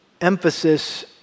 emphasis